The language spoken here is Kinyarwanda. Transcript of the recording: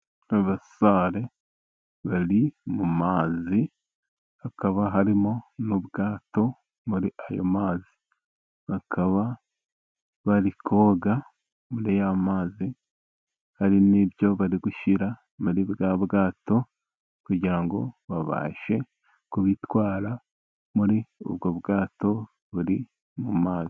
Abasare bari mu mazi hakaba harimo n'ubwato muri ayo mazi, bakaba bari koga muri ayo mazi. Hari n'ibyo bari gushyira muri bwa bwato kugira ngo babashe kubitwara muri ubwo bwato buri mu mazi.